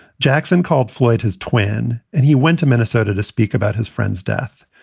jackson called floyd his twin, and he went to minnesota to speak about his friend's death.